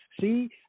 See